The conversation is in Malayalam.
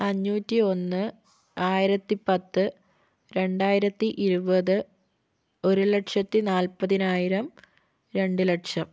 അഞ്ഞൂറ്റി ഒന്ന് ആയിരത്തി പത്ത് രണ്ടായിരത്തി ഇരുപത് ഒരുലക്ഷത്തി നാൽപ്പതിനായിരം രണ്ട് ലക്ഷം